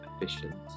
efficient